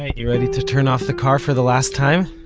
you ready to turn off the car for the last time?